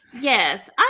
yes